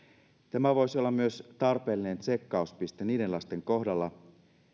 tämä voisi olla myös tarpeellinen tsekkauspiste niiden lasten kohdalla